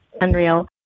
unreal